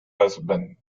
husband